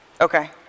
Okay